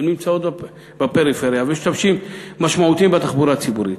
הן נמצאות בפריפריה ומשתמשות משמעותית בתחבורה הציבורית,